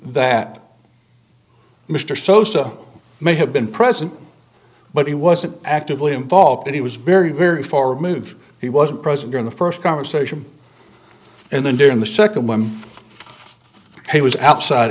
that mr sosa may have been present but he wasn't actively involved that he was very very far removed he wasn't present during the first conversation and then during the second when he was outside